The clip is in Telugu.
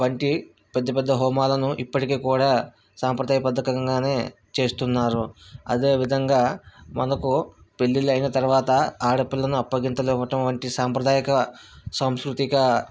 వంటి పెద్ద పెద్ద హోమాలను ఇప్పటికి కూడా సాంప్రదాయబద్ధకంగానే చేస్తున్నారు అదే విధంగా మనకు పెళ్ళిళ్ళు అయిన తర్వాత ఆడపిల్లను అప్పగింతలు ఇవ్వటం వంటి సాంప్రదాయక సాంస్కృతిక